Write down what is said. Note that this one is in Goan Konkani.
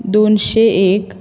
दोनशें एक